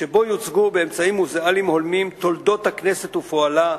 שבו יוצגו באמצעים מוזיאליים הולמים תולדות הכנסת ופועלה,